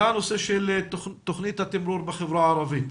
עלה הנושא של תכנית התימרור בחברה הערבית.